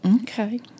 Okay